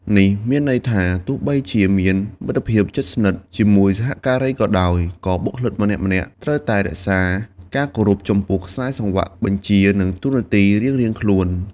នេះមានន័យថា ទោះបីជាមានមិត្តភាពជិតស្និទ្ធជាមួយសហការីក៏ដោយ ក៏បុគ្គលម្នាក់ៗត្រូវតែរក្សាការគោរពចំពោះខ្សែសង្វាក់បញ្ជា និងតួនាទីរៀងៗខ្លួន។